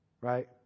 Right